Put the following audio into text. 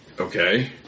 Okay